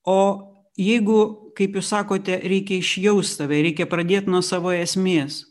o jeigu kaip jūs sakote reikia išjaust save reikia pradėt nuo savo esmės